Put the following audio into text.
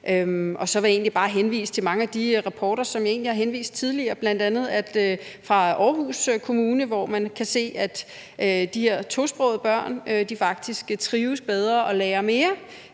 Så vil jeg egentlig bare henvise til mange af de rapporter, som jeg egentlig har henvist til tidligere, bl.a. fra Aarhus Kommune, hvor man kan se, at de her tosprogede børn faktisk trives bedre og lærer mere,